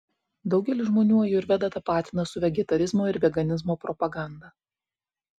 daugelis žmonių ajurvedą tapatina su vegetarizmo ir veganizmo propaganda